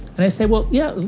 and i say, well yeah,